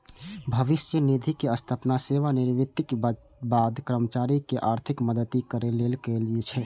भविष्य निधिक स्थापना सेवानिवृत्तिक बाद कर्मचारीक आर्थिक मदति करै लेल गेल छै